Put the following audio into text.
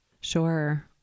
Sure